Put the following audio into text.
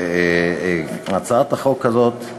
הצעת החוק הזאת,